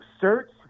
search